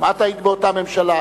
גם את היית באותה ממשלה,